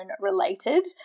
related